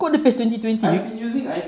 kau ada best twenty twenty